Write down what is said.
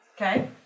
Okay